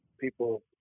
people